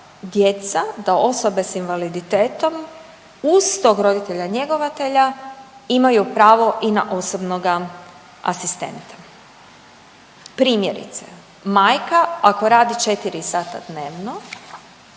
djeca, da osobe s invaliditetom uz tog roditelja njegovatelja imaju pravo i na osobnoga asistenta. Primjerice, majka ako radi 4 sata dnevno,